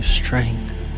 strength